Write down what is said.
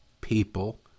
people